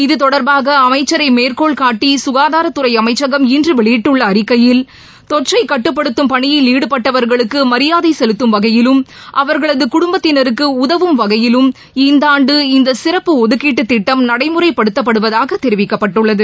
இது தொடர்பாக அமைச்சரை மேற்கோள்காட்டி ககாதாரத்துறை அமைச்சகம் இன்று வெளியிட்டுள்ள அறிக்கையில் தொற்றை கட்டுப்படுத்தும் பணியில் ஈடுபட்டவர்களுக்கு மரியாதை செலுத்தும் வகையிலும் அவர்களது குடும்பத்தினருக்கு உதவும் வகையிலும் இந்தாண்டு இந்த சிறப்பு ஒதுக்கீட்டு திட்டம் நடைமுறைப்படுத்தப்படுவதாக தெரிவிக்கப்பட்டுள்ளது